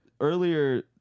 Earlier